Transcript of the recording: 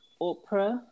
Oprah